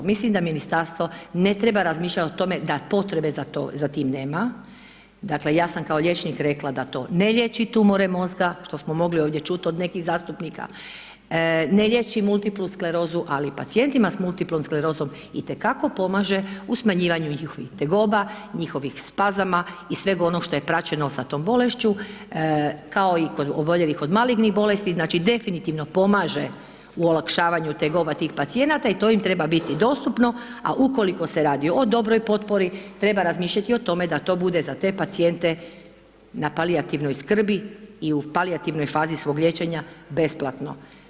Mislim da ministarstvo ne treba razmišljati o tome da potrebe za tim nema, dakle, ja sam kao liječnik rekla da to ne liječi tumore mozga, što smo mogli ovdje čuti od nekih zastupnika, ne liječi multiplu sklerozu, ali pacijentima s multiplu sklerozom itekako pomaže u smanjivanju njihovi tegoba, njihovih spazama i sveg onog što je praćeno sa tom bolešću, kao i kod oboljelih od malignih bolesti, znači definitivno pomaže u olakšanju tegoba tih pacijenata i to im treba biti dostupno, a ukoliko se radi o dobroj potpori, treba razmišljati o tome da to bude za te pacijente na palijativnoj skrbi i u palijativnoj fazi svog liječenja besplatno.